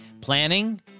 planning